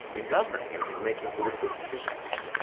in governing, and in making political decisions.